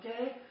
okay